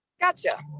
Gotcha